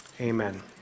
Amen